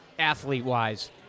Athlete-wise